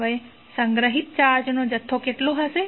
હવે સંગ્રહિત ચાર્જનો જથ્થો કેટલો હશે